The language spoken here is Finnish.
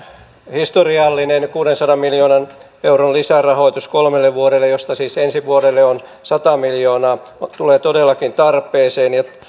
historiallinen kuudensadan miljoonan euron lisärahoitus kolmelle vuodelle josta siis ensi vuodelle on sata miljoonaa tulee todellakin tarpeeseen